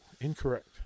Incorrect